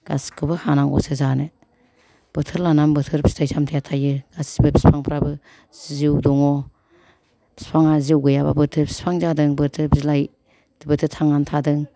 गासिखौबो हानांगौसो जानो बोथोर लानानै बोथोर फिथाइ सामथाइया थायो गासिबो बिफांफ्राबो जिउ दङ बिफांआ जिउ गैयाबा बोरैथो बिफां जादों बोरैथो बिलाइ बोरैथो थांनानै थादों